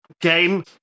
game